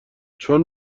چون